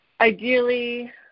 ideally